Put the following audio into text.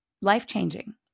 life-changing